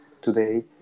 Today